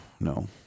no